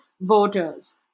voters